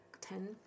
ten